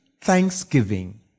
thanksgiving